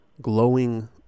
Glowing